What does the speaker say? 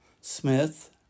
Smith